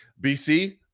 BC